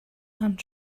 and